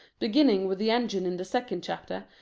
beginning with the engine in the second chapter,